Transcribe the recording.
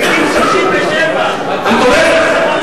בגיל 67. לילד.